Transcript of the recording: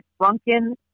drunken